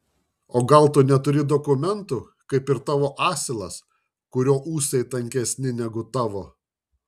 o gal tu neturi dokumentų kaip ir tavo asilas kurio ūsai tankesni negu tavo